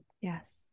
Yes